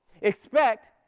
Expect